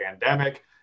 pandemic